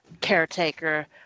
caretaker